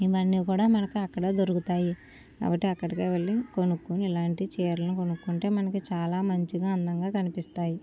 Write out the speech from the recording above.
ఇవన్నీ కూడా మనకు అక్కడ దొరుకుతాయి కాబట్టి అక్కడికి వెళ్ళి కొన్నుకొని ఇలాంటి చీరలను కొన్నుకుంటే మనకు చాలా మంచిగా అందంగా కనిపిస్తాయి